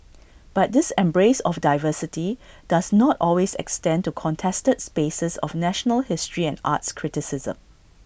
but this embrace of diversity does not always extend to contested spaces of national history and arts criticism